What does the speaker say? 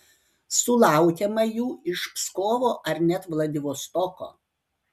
sulaukiama jų iš pskovo ar net vladivostoko